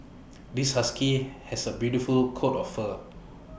this husky has A beautiful coat of fur